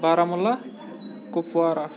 Baramulla Kupwara